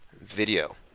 video